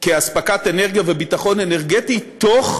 כאספקת אנרגיה וביטחון אנרגטי תוך